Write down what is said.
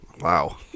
Wow